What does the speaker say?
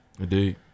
Indeed